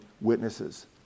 witnesses